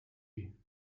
you